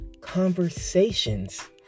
conversations